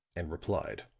and replied.